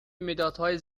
مدادهای